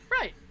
Right